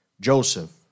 Joseph